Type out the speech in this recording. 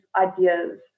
ideas